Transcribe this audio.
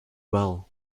bell